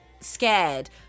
scared